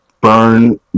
burn